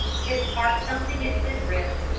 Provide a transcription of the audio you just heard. his heart thumped against his ribs,